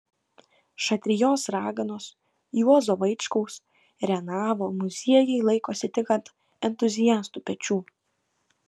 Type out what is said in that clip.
šatrijos raganos juozo vaičkaus renavo muziejai laikosi tik ant entuziastų pečių